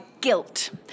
guilt